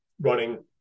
running